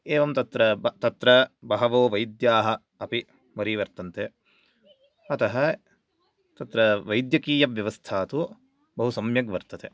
एवं तत्र ब तत्र बहवो वैद्या अपि वरिवर्तन्ते अत तत्र वैद्यकीयव्यवस्था तु बहु सम्यक् वर्तते